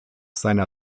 seiner